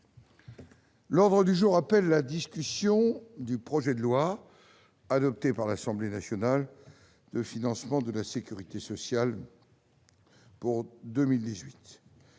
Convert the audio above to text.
L'ordre du jour appelle la discussion du projet de loi, adopté par l'Assemblée nationale, de financement de la sécurité sociale pour 2018